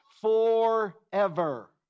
forever